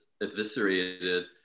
eviscerated